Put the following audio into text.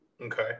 Okay